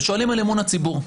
ושואלים על אמון הציבור.